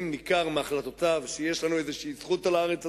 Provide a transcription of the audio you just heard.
אם ניכר מהחלטותיו שיש לנו איזו זכות על הארץ הזאת,